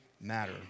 matter